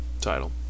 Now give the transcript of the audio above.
title